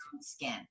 skin